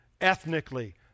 ethnically